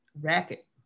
racket